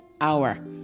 hour